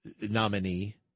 nominee